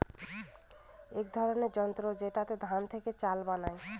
এক ধরনের যন্ত্র যেটাতে ধান থেকে চাল বানায়